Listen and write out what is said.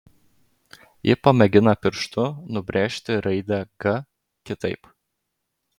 ji pamėgina pirštu nubrėžti raidę g kitaip